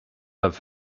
off